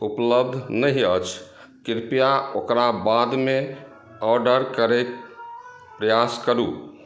उपलब्ध नहि अछि कृपया ओकरा बादमे ऑर्डर करैक प्रयास करु